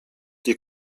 die